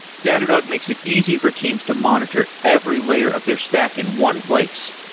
datadog makes it easy for teams to monitor every layer of their stack in one place,